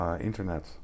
internet